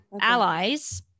allies